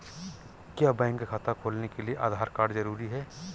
क्या बैंक खाता खोलने के लिए आधार कार्ड जरूरी है?